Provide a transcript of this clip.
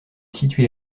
situé